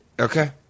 okay